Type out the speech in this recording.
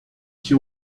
que